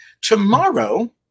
tomorrow